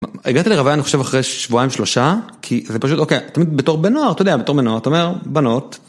הגעתי לרוויה אני חושב אחרי שבועיים שלושה, כי זה פשוט, אוקיי, תמיד בתור בן נוער, אתה יודע, בתור בן נוער, אתה אומר בנות.